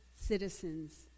citizens